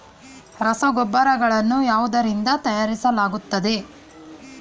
ರಸಗೊಬ್ಬರಗಳನ್ನು ಯಾವುದರಿಂದ ತಯಾರಿಸಲಾಗುತ್ತದೆ?